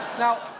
now,